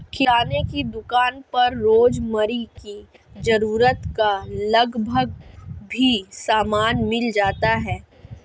किराने की दुकान पर रोजमर्रा की जरूरत का लगभग सभी सामान मिल जाता है